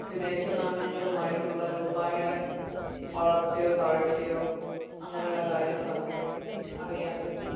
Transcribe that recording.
വിദേശനാണ്യങ്ങളും ആയിട്ടുള്ള രൂപയുടെ വളർച്ചയോ താഴ്ചയോ അങ്ങനെ ഉള്ള കാര്യങ്ങളൊക്കെ അറിയാൻ പറ്റും